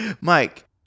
Mike